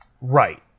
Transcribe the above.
Right